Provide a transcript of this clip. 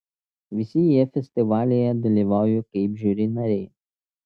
visi jie festivalyje dalyvauja kaip žiuri nariai